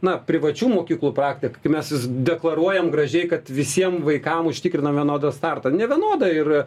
na privačių mokyklų praktika kai mes deklaruojam gražiai kad visiem vaikam užtikriname vienodą startą nevienodą ir